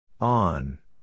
On